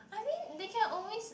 I mean they can always